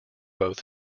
both